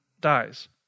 dies